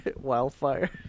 wildfire